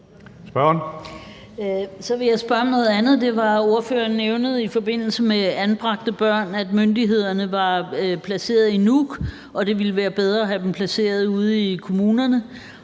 Ordføreren nævnte i forbindelse med det med anbragte børn, at myndighederne er placeret i Nuuk, og at det ville være bedre at have dem placeret ude i kommunerne.